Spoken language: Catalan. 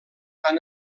han